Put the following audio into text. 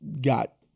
got